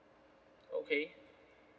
okay